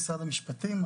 משרד המשפטים.